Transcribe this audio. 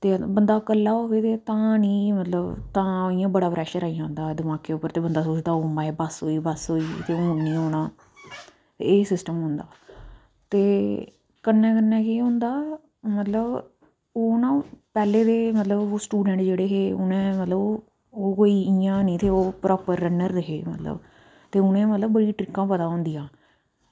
ते बंदा कल्ला होऐ ते तां निं मतलब तां इंया बड़ा प्रेशर आई जंदा दमाकै ई ते केईं बारी केह् होंदा कि ओह् बस होई बस होई ते हून निं होना एह् सिस्टम होंदा ते कम्मै कन्नै केह् होंदा कि होना पैह्लें जेह्ड़े स्टूडेंट होंदे हे ओह् इंया निं प्रॉपर रनर हे मतलब ते उनें मतलब ट्रिकां बड़ियां औंदियां